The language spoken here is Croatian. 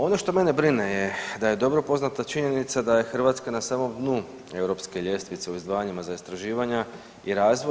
Ono što mene brine je da je dobro poznata činjenica da je Hrvatska na samom dnu Europske ljestvice u izdvajanjima za istraživanja i razvoj.